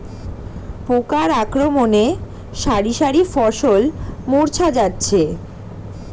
পোকার আক্রমণে শারি শারি ফসল মূর্ছা যাচ্ছে